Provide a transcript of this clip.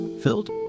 filled